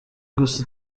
gusa